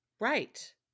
Right